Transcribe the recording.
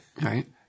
Right